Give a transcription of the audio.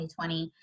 2020